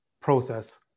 process